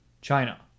China